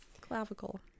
Clavicle